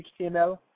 HTML